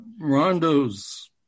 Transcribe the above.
Rondo's